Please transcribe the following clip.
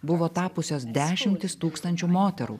buvo tapusios dešimtys tūkstančių moterų